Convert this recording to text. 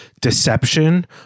deception